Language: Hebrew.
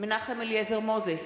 מנחם אליעזר מוזס,